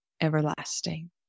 everlasting